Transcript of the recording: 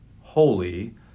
Holy